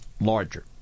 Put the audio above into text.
larger